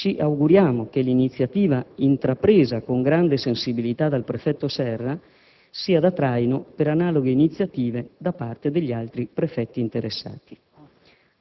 Ci auguriamo che l'iniziativa intrapresa con grande sensibilità dal prefetto Serra sia da traino per analoghe iniziative da parte degli altri prefetti interessati.